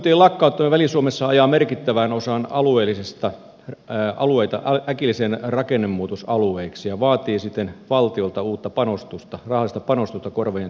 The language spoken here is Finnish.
varuskuntien lakkauttaminen väli suomessa ajaa merkittävän osan alueita äkillisiksi rakennemuutosalueiksi ja vaatii siten valtiolta uutta panostusta rahallista panostusta korvaavien työpaikkojen luomiseen